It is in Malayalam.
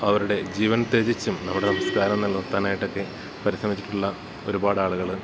അവരുടെ ജീവൻ ത്യജിച്ചും നമ്മുടെ സംസ്കാരം നിലനിർത്താനായിട്ടൊക്കെ പരിശ്രമിച്ചിട്ടുള്ള ഒരുപാട് ആളുകൾ